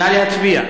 נא להצביע.